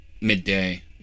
midday